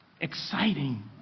exciting